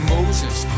Moses